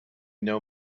know